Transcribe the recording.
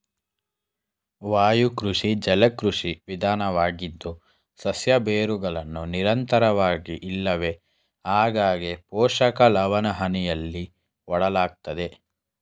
ವಾಯುಕೃಷಿ ಜಲಕೃಷಿ ವಿಧಾನವಾಗಿದ್ದು ಸಸ್ಯ ಬೇರುಗಳನ್ನು ನಿರಂತರವಾಗಿ ಇಲ್ಲವೆ ಆಗಾಗ್ಗೆ ಪೋಷಕ ಲವಣಹನಿಯಲ್ಲಿ ಒಡ್ಡಲಾಗ್ತದೆ